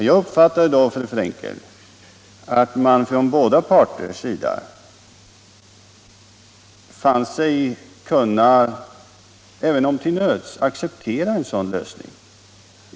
Jag uppfattade då att båda parter fann sig kunna acceptera en sådan lösning, även om det var till nöds.